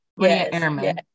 yes